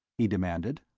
he demanded.